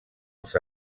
els